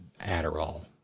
Adderall